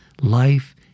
life